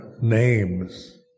names